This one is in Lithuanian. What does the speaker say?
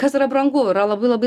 kas yra brangu yra labai labai